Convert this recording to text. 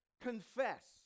confess